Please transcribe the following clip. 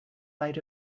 light